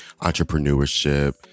entrepreneurship